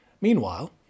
Meanwhile